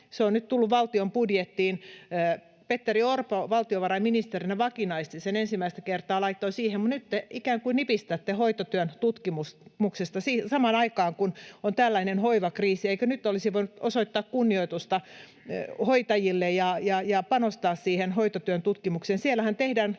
Se on nyt tullut valtion budjettiin — Petteri Orpo valtiovarainministerinä vakinaisti sen, ensimmäistä kertaa laittoi siihen — mutta nyt te ikään kuin nipistätte hoitotyön tutkimuksesta, samaan aikaan kun on tällainen hoivakriisi. Eikö nyt olisi voinut osoittaa kunnioitusta hoitajille ja panostaa siihen hoitotyön tutkimukseen? Siellähän tehdään